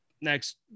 next